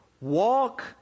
walk